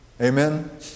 Amen